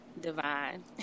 divine